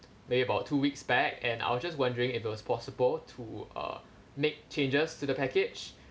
may about two weeks back and I was just wondering if it's possible to uh make changes to the package